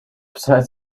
besides